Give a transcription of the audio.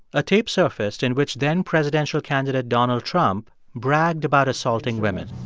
a tape surfaced in which then-presidential candidate donald trump bragged about assaulting women